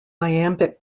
iambic